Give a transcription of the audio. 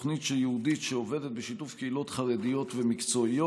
תוכנית ייעודית העובדת בשיתוף קהילות חרדיות ומקצועיות.